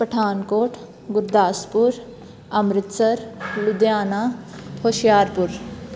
Pathankot Gurdaspur Amritsar Ludhiana Hoshiarpur